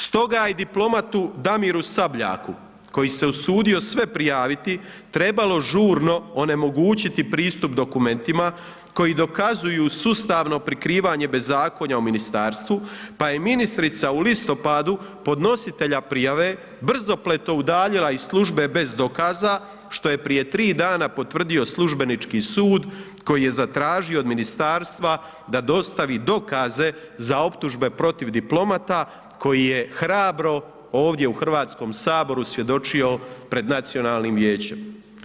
Stoga je diplomatu Damiru Sabljaku, koji se je usudio sve prijaviti, trebalo žurno onemogućiti pristup dokumentima, koji dokazuju sustavno prekrivanje bezakonje u ministarstvu, pa je ministrica u listopadu podnositelja prijave brzopleto udaljila iz službe bez dokaza, što je prije 3 dana potvrdio službenički sud, koji je zatražio od ministarstva da dostavi dokaze za optužbe protiv diplomata, koji je hrabro ovdje u Hrvatskom saboru svjedočio pred Nacionalnim vijećem.